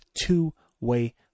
two-way